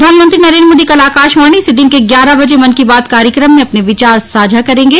प्रधानमंत्री नरेन्द्र मोदी कल आकाशवाणी से दिन के ग्यारह बजे मन की बात कार्यक्रम में अपने विचार साझा करेंगे